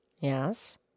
Yes